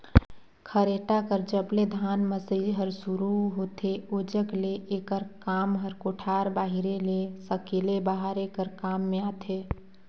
खरेटा कर जब ले धान मसई हर सुरू होथे ओजग ले एकर काम हर कोठार बाहिरे ले सकेले बहारे कर काम मे आथे